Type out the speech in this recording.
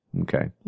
Okay